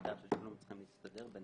שירותי התשלום צריכים להסתדר ביניהם,